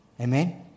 Amen